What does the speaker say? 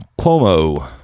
Cuomo